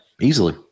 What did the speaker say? easily